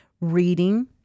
Reading